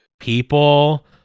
People